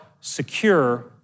secure